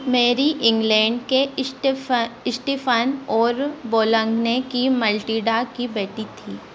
Mary England के Steph Stephen और Boulogne की मटिल्डा की बेटी थी